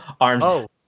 arms